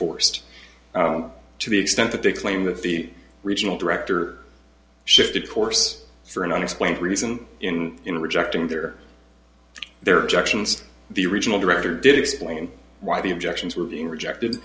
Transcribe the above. enforced to the extent that they claim that the regional director shifted course for an unexplained reason in in rejecting their there jackson's the regional director did explain why the objections were being rejected